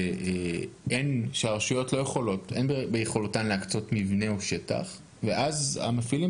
שאין ביכולתן של הרשויות להקצות מבנה או שטח ואז המפעילים